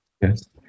yes